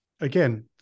again